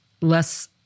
less